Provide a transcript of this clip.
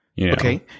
Okay